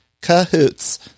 Cahoots